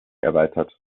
erweitert